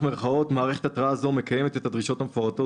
"מערכת התרעה זו מקיימת את הדרישות המפורטות